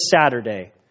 Saturday